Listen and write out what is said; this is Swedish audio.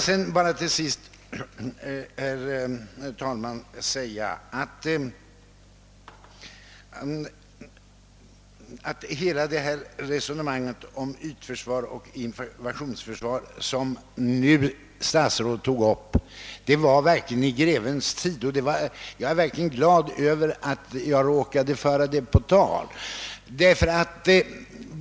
Det var mer än väl på tiden, att statsrådet nu tog upp resonemanget om ytförsvar och invasionsförsvar. Jag är glad åt att jag förde denna sak på tal.